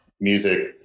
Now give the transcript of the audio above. music